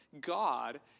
God